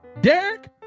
Derek